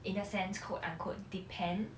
in a sense quote unquote depend